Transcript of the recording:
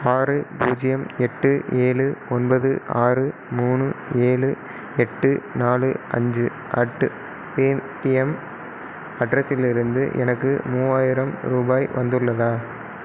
ஆறு பூஜ்ஜியம் எட்டு ஏழு ஒன்பது ஆறு மூணு ஏழு எட்டு நாலு அஞ்சு அட் பேடிஎம் அட்ரஸிலிருந்து எனக்கு மூவாயிரம் ரூபாய் வந்துள்ளதா